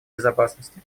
безопасности